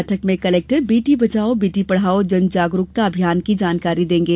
बैठक में कलेक्टर बेटी बचाओ बेटी पढाओं जन जाग़रिकता अभियान की भी जानकारी देंगे